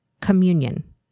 Communion